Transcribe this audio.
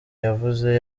yavuze